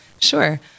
Sure